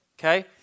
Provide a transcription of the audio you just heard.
okay